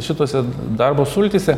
šituose darbo sultyse